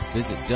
Visit